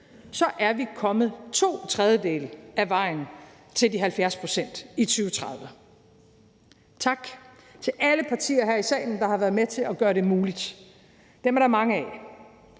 er vi kommet to tredjedele af vejen til de 70 pct. i 2030. Tak til alle partier her i salen, der har været med til at gøre det muligt – dem er der mange af!